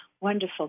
wonderful